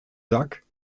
jacques